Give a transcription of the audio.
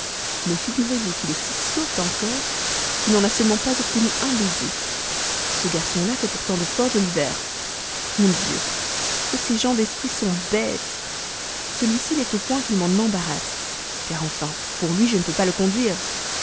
mais figurez-vous qu'il est si sot encore qu'il n'en a seulement pas obtenu un baiser ce garçon fait pourtant de fort jolis vers mon dieu que ces gens d'esprit sont bêtes celui-ci l'est au point qu'il m'en embarrasse car enfin pour lui je ne peux pas le conduire